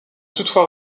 toutefois